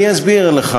במי פגעו?